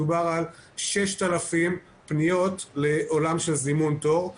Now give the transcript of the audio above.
מדובר על 6,000 פניות לעולם של זימון תור,